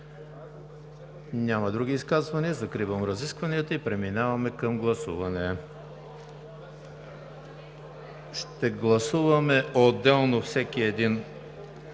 Няма други изказвания. Закривам разискванията и преминаваме към гласуване. Ще гласуваме отделно всеки един